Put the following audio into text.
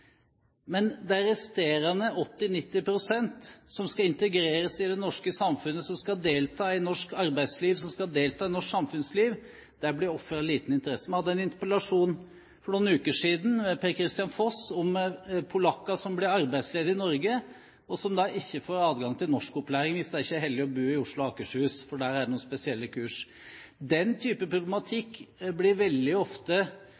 Men de resterende 80–90 pst. som skal integreres i det norske samfunnet, som skal delta i norsk arbeidsliv, som skal delta i norsk samfunnsliv, blir ofret liten interesse. Vi hadde en interpellasjon for noen uker siden ved Per-Kristian Foss om polakker som blir arbeidsledige i Norge, og som ikke får adgang til norskopplæring hvis de da ikke er så heldige å bo i Oslo og Akershus, for der er det noen spesielle kurs. Den type problematikk blir veldig ofte